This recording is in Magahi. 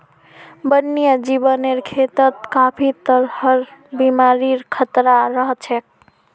वन्यजीवेर खेतत काफी तरहर बीमारिर खतरा रह छेक